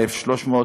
1,300,